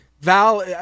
Val